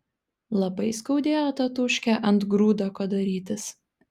labai skaudėjo tatūškę ant grūdako darytis